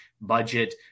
budget